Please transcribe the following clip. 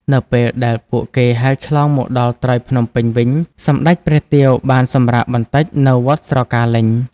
នៅពេលដែលពួកគេហែលឆ្លងមកដល់ត្រើយភ្នំពេញវិញ សម្តេចព្រះទាវបានសម្រាកបន្តិចនៅវត្តស្រកាលេញ។